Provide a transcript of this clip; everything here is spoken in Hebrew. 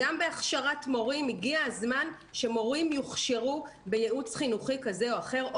גם בהכשרת מורים הגיע הזמן שמורים יוכשרו בייעוץ חינוכי כזה או אחר.